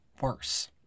worse